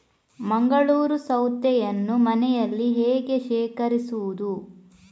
ಮಂಗಳೂರು ಸೌತೆಯನ್ನು ಮನೆಯಲ್ಲಿ ಹೇಗೆ ಶೇಖರಿಸುವುದು?